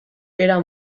era